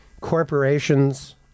corporations